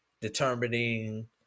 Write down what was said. determining